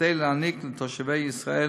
כדי להעניק לתושבי ישראל